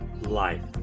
life